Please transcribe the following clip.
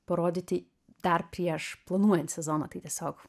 parodyti dar prieš planuojant sezoną tai tiesiog